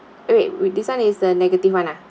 wait this one is the negative [one] ah